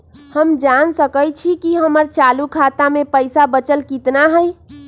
हम जान सकई छी कि हमर चालू खाता में पइसा बचल कितना हई